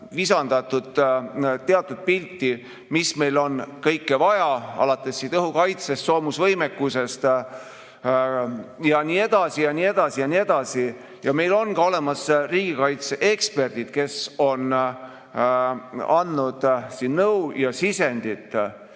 visandatud teatud pilt, mida meil on kõike vaja, alates õhukaitsest, soomusvõimekusest ja nii edasi, ja nii edasi, ja nii edasi. Ja meil on ka olemas riigikaitseeksperdid, kes on andnud siin nõu ja sisendit.